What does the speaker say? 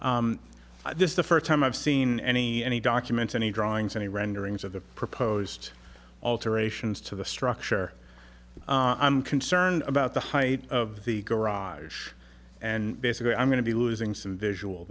this is the first time i've seen any any documents any drawings any renderings of the proposed alterations to the structure i'm concerned about the height of the garage and basically i'm going to be losing some visual